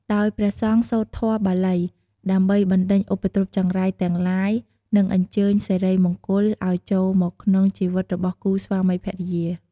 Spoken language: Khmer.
ដោយព្រះសង្ឃសូត្រធម៌បាលី ដើម្បីបណ្តេញឧបទ្រពចង្រៃទាំងឡាយ និងអញ្ជើញសិរីមង្គលឲ្យចូលមកក្នុងជីវិតរបស់គូស្វាមីភរិយា។